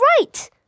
right